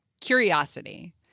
curiosity